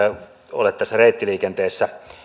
ole reittiliikenteessä